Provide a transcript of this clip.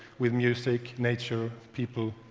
with music, nature, people.